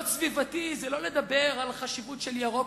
להיות סביבתי זה לא לדבר על חשיבות של ירוק,